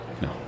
No